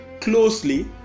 closely